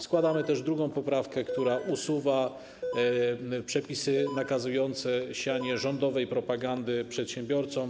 Składamy też drugą poprawkę, która usuwa przepisy nakazujące sianie rządowej propagandy przedsiębiorcom.